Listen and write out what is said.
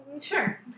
Sure